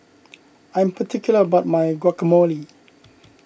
I am particular about my Guacamole